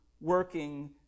working